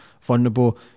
vulnerable